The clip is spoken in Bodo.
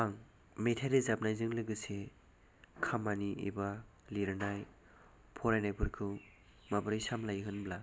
आं मेथाइ रोजाबनायजों लोगोसे खामानि एबा लिरनाय फरायनायफोरखौ माबोरै सामब्लायो होनब्ला